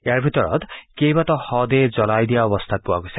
ইয়াৰ ভিতৰত কেইবাটাও শৱদেহ জ্বলাই দিয়া অৱস্থাত পোৱা গৈছে